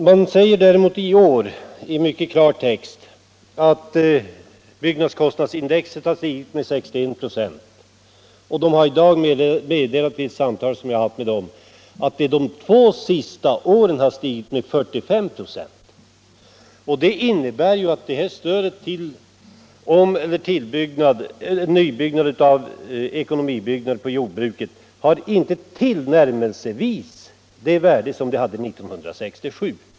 I år sägs däremot i klartext att byggnadskostnadsindex har stigit med 61 96. Vid ett samtal, som jag i dag har haft med lantbruksstyrelsen, meddelade styrelsen att index under de två senaste åren har stigit med 45 96. Detta innebär att stödet till om eller nybyggnad av ekonomibyggnader inom jordbruket inte tillnärmelsevis har samma värde som 1967.